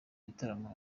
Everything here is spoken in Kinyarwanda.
bitaramo